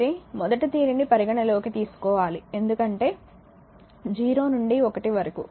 అయితే మొదట దీనిని పరిగణనలోకి తీసుకోవాలి ఎందుకంటే 0 నుండి 1 వరకు